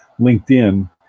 LinkedIn